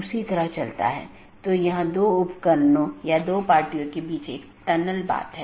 इस प्रकार एक AS में कई राऊटर में या कई नेटवर्क स्रोत हैं